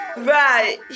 Right